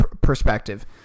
perspective